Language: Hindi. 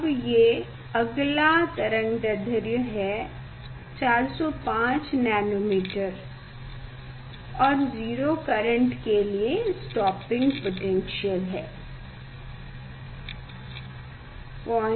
अब ये अगला तरंगदैढ्र्य है 405nm और 0 करेंट के लिए स्टॉपिंग पोटैन्श्यल है 0413